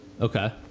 Okay